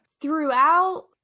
Throughout